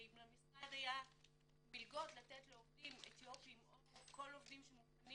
ואם למשרד היה מלגות לתת לעובדים אתיופים או לכל עובדים שמוכנים